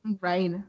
Right